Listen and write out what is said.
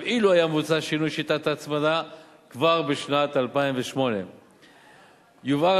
אילו היה מבוצע שינוי שיטת ההצמדה כבר בשנת 2008. יובהר,